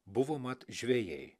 buvo mat žvejai